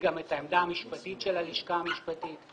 גם העמדה המשפטית של הלשכה המשפטית,